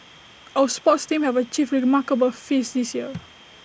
our sports teams have achieved remarkable feats this year